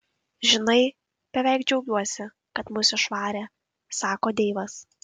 žinai beveik džiaugiuosi kad mus išvarė sako deivas